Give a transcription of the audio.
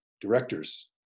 directors